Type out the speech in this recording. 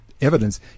evidence